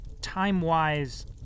time-wise